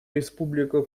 республика